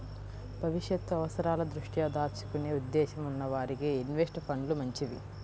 భవిష్యత్తు అవసరాల దృష్ట్యా దాచుకునే ఉద్దేశ్యం ఉన్న వారికి ఇన్వెస్ట్ ఫండ్లు మంచివి